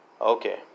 Okay